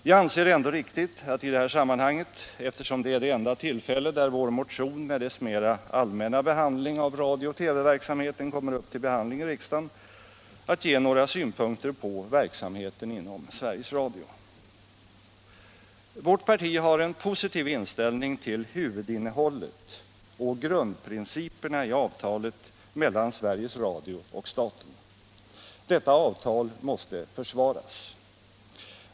Vi anser det ändå riktigt att i detta sammanhang, eftersom det är det enda tillfälle då vår motion med dess mera allmänna behandling av radiooch TV-verksamheten kommer upp till diskussion i riksdagen, ge några synpunkter på verksamheten vid Sveriges Radio. Vårt parti har en positiv inställning till huvudinnehållet och grundprinciperna i avtalet mellan Sveriges Radio och staten. Detta avtal måste försvaras.